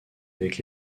avec